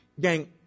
Gang